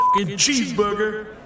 cheeseburger